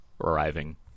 arriving